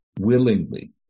willingly